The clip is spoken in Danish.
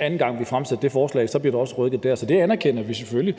Anden gang vi fremsatte det forslag, blev der også rykket der. Så det anerkender vi selvfølgelig.